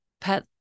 pet